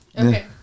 okay